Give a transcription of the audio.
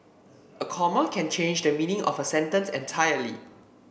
a comma can change the meaning of a sentence entirely